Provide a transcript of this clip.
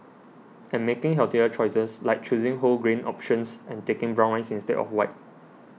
and making healthier choices like choosing whole grain options and taking brown rice instead of white